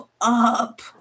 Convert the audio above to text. up